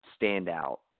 standout